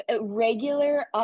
regular